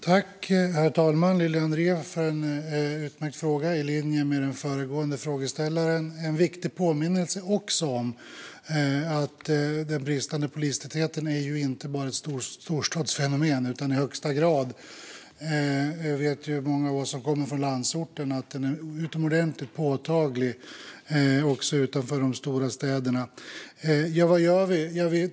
Herr talman! Tack, Lili André, för en utmärkt fråga i linje med föregående frågeställare! Det är en viktig påminnelse om att den bristande polistätheten inte bara är ett storstadsfenomen utan att den är utomordentligt påtaglig också utanför de stora städerna. Det vet många av oss som kommer från landsorten. Vad gör vi då?